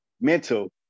mental